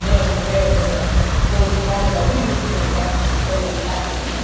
you know us prepared for the political moment that we didn't even know that was gonna be happening,